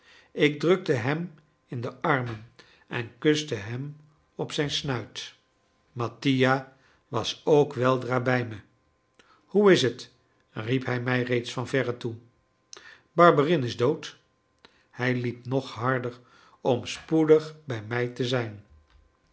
ik drukte hem in de armen en kuste hem op zijn snuit mattia was ook weldra bij me hoe is het riep hij mij reeds van verre toe barberin is dood hij liep nog harder om spoedig bij mij te zijn